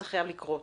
זה חייב לקרות,